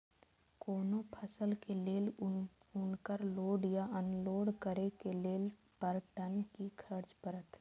कोनो फसल के लेल उनकर लोड या अनलोड करे के लेल पर टन कि खर्च परत?